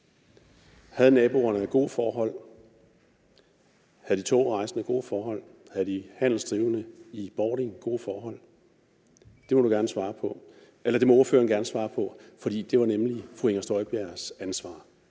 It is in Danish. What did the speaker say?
Havde naboerne gode forhold? Havde de togrejsende gode forhold? Havde de handelsdrivende i Bording gode forhold? Det må ordføreren gerne svare på, for det var nemlig fru Inger Støjbergs ansvar.